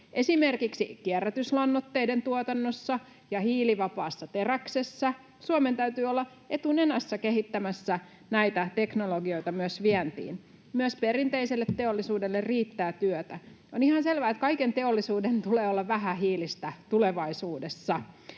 Esimerkiksi kierrätyslannoitteiden tuotannossa ja hiilivapaassa teräksessä Suomen täytyy olla etunenässä kehittämässä näitä teknologioita myös vientiin — myös perinteiselle teollisuudelle riittää työtä. On ihan selvää, että kaiken teollisuuden tulee olla vähähiilistä tulevaisuudessa,